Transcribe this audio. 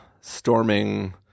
storming